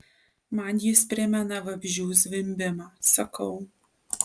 man jis primena vabzdžių zvimbimą sakau